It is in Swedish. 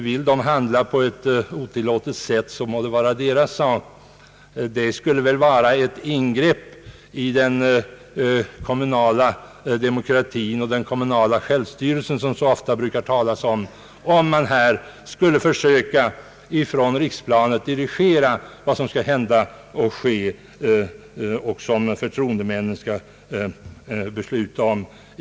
Vill de handla på ett otilllåtet sätt, må det vara deras sak. Det skulle väl vara ingripande i den kommunala demokratin och den kommunala självstyrelsen — som det så ofta talas om — om man här skulle försöka från riksplanet dirigera vad som skall hända och vad förtroendemännen skall besluta om.